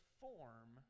form